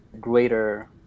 greater